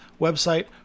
Website